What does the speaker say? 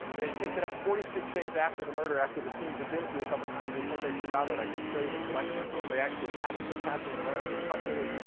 they picked it up forty six days after the murder, after the teams had been through a couple times. they said they forgot it. i could show you the collection film. they actually have it. they're passing it around. they're touching it,